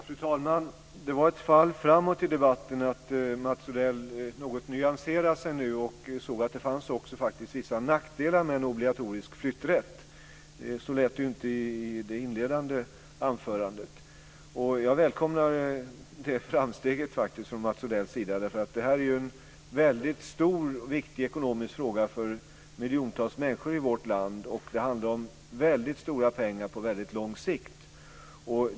Fru talman! Det var ett fall framåt i debatten att Mats Odell nu något nyanserar sig och ser att det faktiskt också finns vissa nackdelar med en obligatorisk flytträtt. Så lät det inte i det inledande anförandet. Jag välkomnar det framsteget från Mats Odells sida. Det här är ju en väldigt stor och viktig ekonomisk fråga för miljontals människor i vårt land, och det handlar om väldigt stora pengar på väldigt lång sikt.